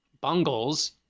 bungles